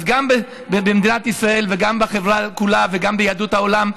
אז גם במדינת ישראל וגם בחברה כולה וגם ביהדות העולם,